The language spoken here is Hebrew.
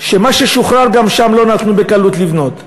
ומה ששוחרר גם שם לא נתנו בקלות לבנות.